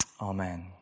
Amen